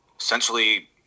essentially